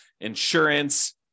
insurance